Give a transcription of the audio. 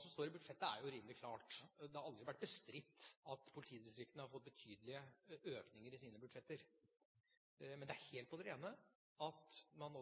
som står i budsjettet, er jo rimelig klart. Det har aldri vært bestridt at politidistriktene har fått betydelige økninger i sine budsjetter. Men det er helt på det rene at man